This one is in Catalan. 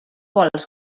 vols